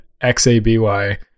XABY